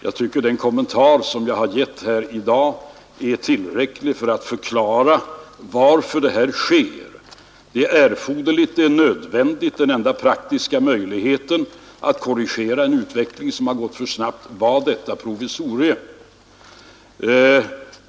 Jag tycker att den kommentar jag gett i dag är tillräcklig för att förklara varför det här sker — det är erforderligt och nödvändigt, och den enda praktiska möjligheten att korrigera en utveckling som gått för snabbt är att införa detta provisorium.